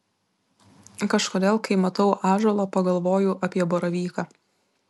kažkodėl kai matau ąžuolą pagalvoju apie baravyką